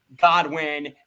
godwin